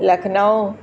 Lucknow